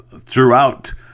throughout